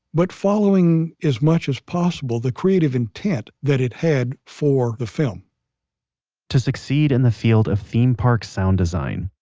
but following as much as possible, the creative intent that it had for the film to succeed in the field of theme park sound design,